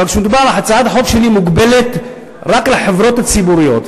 הצעת החוק שלי מוגבלת רק לחברות הציבוריות,